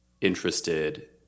interested